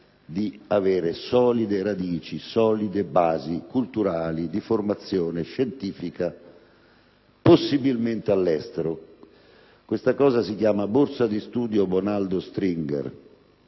di avere solide radici e solide basi culturali di formazione scientifica, possibilmente all'estero. Questa cosa si chiama borsa di studio Bonaldo Stringher,